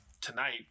Tonight